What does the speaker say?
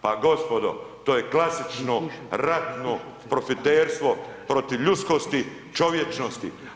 Pa gospodo, to je klasično ratno profiterstvo protiv ljudskosti, čovječnosti.